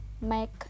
make